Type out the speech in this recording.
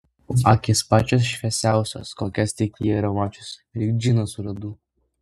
akys pačios šviesiausios kokias tik ji yra mačiusi lyg džinas su ledu